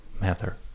matter